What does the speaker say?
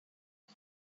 the